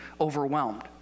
Overwhelmed